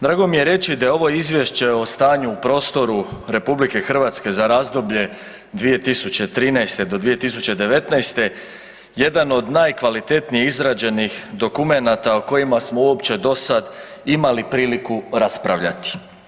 Drago mi je reći da je ovo Izvješće o stanju u prostoru RH za razdoblje 2013.-2019. jedan od najkvalitetnije izrađenih dokumenata o kojima smo uopće dosad imali priliku raspravljati.